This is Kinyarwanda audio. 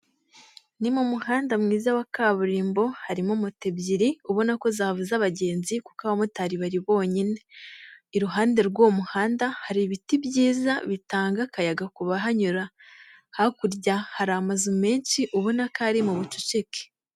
Ni mu muhanda mwiza wa kaburimbo harimo moto ebyiri ubona ko zabuze abagenzi kuko abamotari bari bonyine, iruhande rw'uwo muhanda hari ibiti byiza bitanga akayaga ku bahanyura, hakurya hari amazu menshi ubona ko ari mu bucucike.